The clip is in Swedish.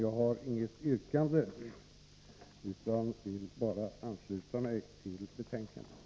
Jag har inget yrkande utan vill bara ansluta mig till betänkandet.